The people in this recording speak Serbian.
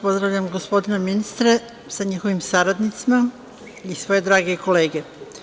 Pozdravljam gospodina ministra, sa njegovim saradnicima i sve drage kolege.